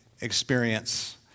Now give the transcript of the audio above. experience